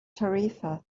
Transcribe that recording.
tarifa